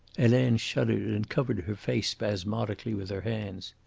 helene shuddered and covered her face spasmodically with her hands.